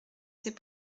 c’est